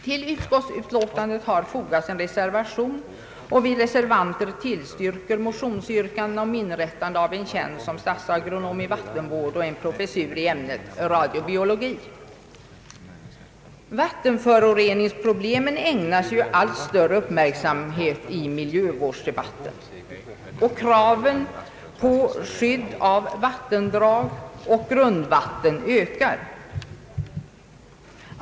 Till denna punkt i utskottsutlåtandet har fogats en reservation, och vi reservanter tillstyrker motionsyrkandena om inrättande av en tjänst som statsagronom i vattenvård och en professur i ämnet radiobiologi. Vattenföroreningsproblemet allt större uppmärksamhet i vårdsdebatten, och kraven på skydd av vattendrag och grundvatten ökar.